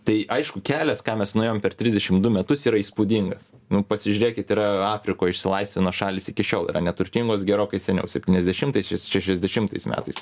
tai aišku kelias ką mes nuėjom per trisdešim du metus yra įspūdingas nu pasižiūrėkit yra afrikoj išsilaisvino šalys iki šiol yra neturtingos gerokai seniau septyniasdešimtais šešiasdešimtais metais